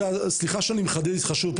סליחה שאני מחדד איתך שוב,